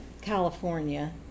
California